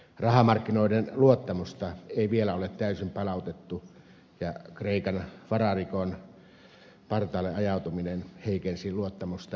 rahamarkkinoiden luottamusta ei vielä ole täysin palautettu ja kreikan vararikon partaalle ajautuminen heikensi luottamusta entisestään